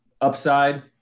upside